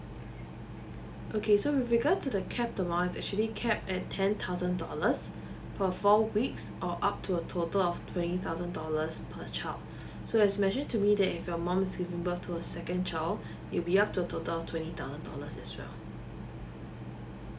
okay so with regards to the cap amount is actually cap at ten thousand dollars per four weeks or up to a total of twenty thousand dollars per child so has mentioned to me that if your mom's giving birth to a second child it'll be to up to a total twenty thousand dollar as well